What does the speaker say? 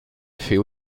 fait